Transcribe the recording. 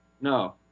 No